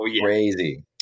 crazy